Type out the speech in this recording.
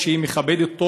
ושהיא מכבדת אותו,